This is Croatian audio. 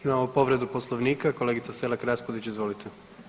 Imamo povredu Poslovnika, kolegica Selak Raspudić, izvolite.